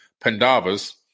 Pandavas